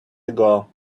ago